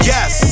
Yes